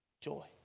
joy